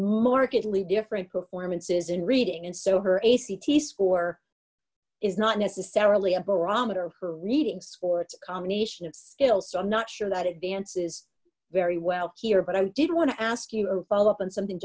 markedly different performances in reading and so her ac t score is not necessarily a barometer of her reading score it's a combination of skill so i'm not sure that it dances very well here but i did want to ask you a follow up on something